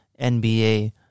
NBA